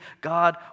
God